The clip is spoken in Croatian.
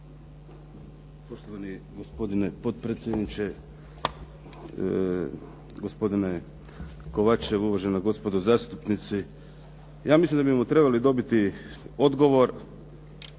Poštovani gospodine potpredsjedniče, gospodine Kovačev, uvažena gospodo zastupnici. Ja mislim da bismo trebali dobiti odgovor,